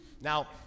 now